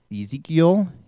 Ezekiel